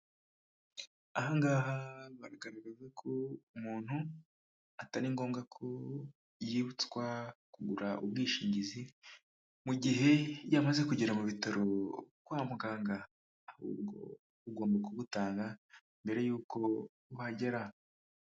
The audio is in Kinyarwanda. Aha ngaha baragaraza ko umuntu atari ngombwa ko yibutswa kugura ubwishingizi mu gihe yamaze kugera mu bitaro kwa muganga ahubwo ugomba kubutanga mbere y'uko uhagera.